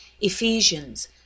Ephesians